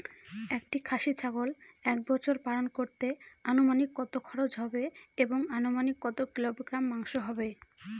একটি খাসি ছাগল এক বছর পালন করতে অনুমানিক কত খরচ হবে এবং অনুমানিক কত কিলোগ্রাম মাংস হবে?